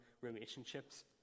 relationships